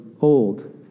old